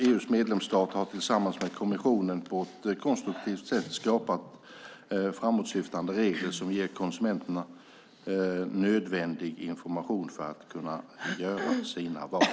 EU:s medlemsstater har tillsammans med kommissionen på ett konstruktivt sätt skapat framåtsyftande regler som ger konsumenterna nödvändig information för att kunna göra sina val.